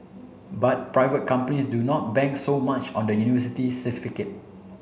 but private companies do not bank so much on the university certificate